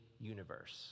universe